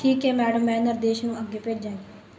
ਠੀਕ ਹੈ ਮੈਡਮ ਮੈਂ ਨਿਰਦੇਸ਼ ਨੂੰ ਅੱਗੇ ਭੇਜਾਂਗੀ